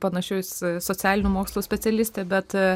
panašius socialinių mokslų specialistė bet